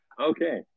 okay